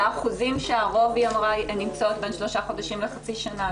נאמר שהרוב נמצאות בין שלושה חודשים לחצי שנה.